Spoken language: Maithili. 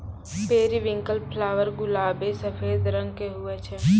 पेरीविंकल फ्लावर गुलाबी सफेद रंग के हुवै छै